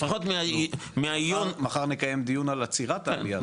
לפחות מהעיון --- מחר נקיים דיון על עצירת הבנייה,